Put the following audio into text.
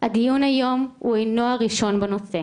הדיון היום הוא אינו הראשון בנושא,